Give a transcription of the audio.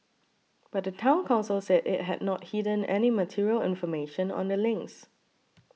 but the Town Council said it had not hidden any material information on the links